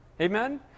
Amen